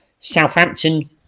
Southampton